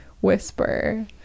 whisper